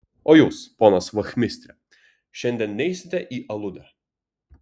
o jūs ponas vachmistre šiandien neisite į aludę